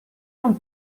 non